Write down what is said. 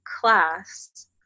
class